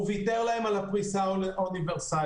הוא ויתר להם על הפריסה האוניברסלית,